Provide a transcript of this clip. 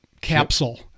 capsule